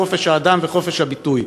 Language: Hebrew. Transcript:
חופש האדם וחופש הביטוי.